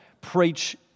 preach